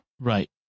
Right